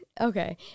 okay